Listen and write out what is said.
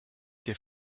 der